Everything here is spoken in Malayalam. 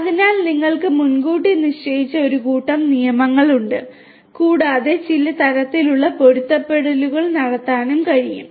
അതിനാൽ നിങ്ങൾക്ക് മുൻകൂട്ടി നിശ്ചയിച്ച ഒരു കൂട്ടം നിയമങ്ങളുണ്ട് കൂടാതെ ചില തരത്തിലുള്ള പൊരുത്തപ്പെടുത്തലുകൾ നടത്താനും കഴിയും